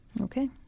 Okay